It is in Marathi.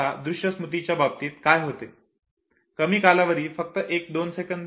आता दृश्य स्मृतीच्या बाबतीत काय होते कमी कालावधी फक्त 1 2 सेकंद